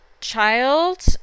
child